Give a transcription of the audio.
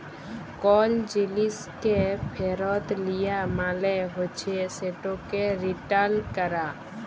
call জিলিসকে ফিরত লিয়া মালে হছে সেটকে রিটার্ল ক্যরা